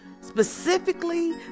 Specifically